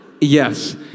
Yes